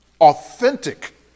Authentic